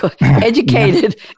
educated